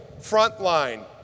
Frontline